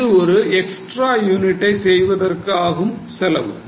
இது ஒரு எக்ஸ்ட்ரா யூனிட்டை செய்வதற்கு ஆகும் செலவு